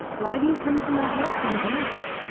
why do you come to my house in the night?